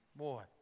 boy